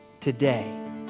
today